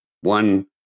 One